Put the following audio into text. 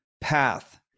path